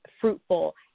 fruitful